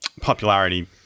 popularity